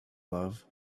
love